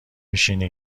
میشینی